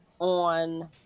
on